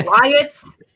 riots